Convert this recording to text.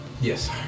yes